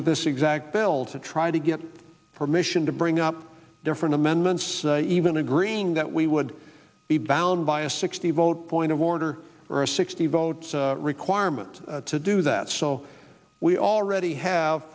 with this exact bell to try to get permission to bring up different amendments even agreeing that we would be bound by a sixty vote point of order or a sixty vote requirement to do that so we already have